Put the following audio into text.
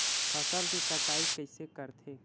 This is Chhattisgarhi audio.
फसल के कटाई कइसे करथे?